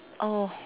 oh